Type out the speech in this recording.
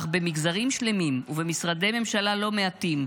אך במגזרים שלמים ובמשרדי ממשלה לא מעטים,